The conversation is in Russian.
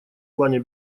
плане